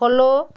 follow